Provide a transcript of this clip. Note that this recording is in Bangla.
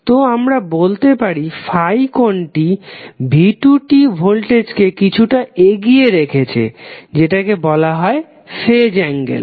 তো আমরা বলতে পারি ∅ কোণটি v2t ভোল্টেজকে কিছুটা এগিয়ে রেখেছে যেটাকে বলা হয় ফেজ অ্যাংগেল